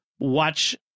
watch